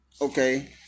okay